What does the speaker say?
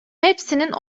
hepsinin